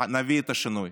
נביא את השינוי.